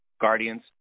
Guardians